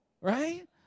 right